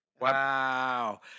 Wow